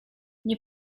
nie